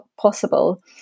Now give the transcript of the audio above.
possible